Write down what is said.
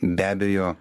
be abejo